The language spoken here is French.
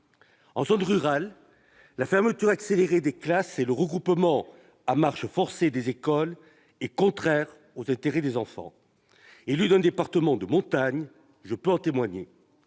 En zone rurale, la fermeture accélérée des classes et le regroupement à marche forcée des écoles sont contraires aux intérêts des enfants. Élu d'un département de montagne, je peux en témoigner.